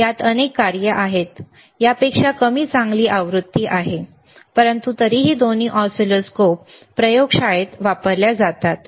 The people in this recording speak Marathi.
यात अनेक कार्ये आहेत यापेक्षा कमी चांगली आवृत्ती आहे परंतु तरीही दोन्ही ऑसिलोस्कोप प्रयोगशाळेत वापरल्या जातात